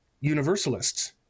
universalists